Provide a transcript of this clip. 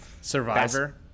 Survivor